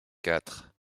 quatre